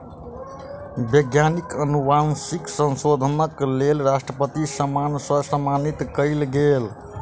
वैज्ञानिक अनुवांशिक संशोधनक लेल राष्ट्रपति सम्मान सॅ सम्मानित कयल गेल